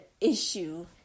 issue